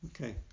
Okay